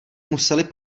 museli